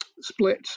split